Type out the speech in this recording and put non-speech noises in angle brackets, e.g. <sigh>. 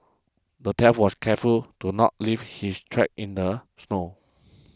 the <unintelligible> was careful to not leave his tracks in the snow